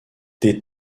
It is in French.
des